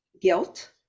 guilt